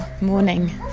morning